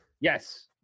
yes